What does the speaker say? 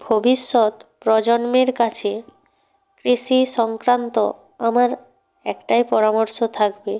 ভবিষ্যৎ প্রজন্মের কাছে কৃষি সংক্রান্ত আমার একটাই পরামর্শ থাকবে